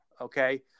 okay